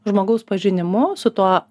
žmogaus pažinimu su tuo